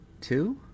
two